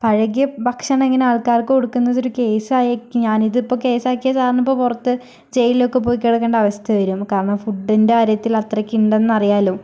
പഴകിയ ഭക്ഷണം ഇങ്ങനെ ആൾക്കാർക്ക് കൊടുക്കുന്നതൊരു കേസ്സാക്കി ഞാനിത് ഇപ്പം കേസ്സാക്കിയാ സാറിനിപ്പ പുറത്ത് ജയിലിലൊക്കെ പോയി കിടക്കണ്ട അവസ്ഥ വരും കാരണം ഫുഡിൻ്റെ കാര്യത്തിലത്രക്ക് ഉണ്ടെന്നറിയാമല്ലോ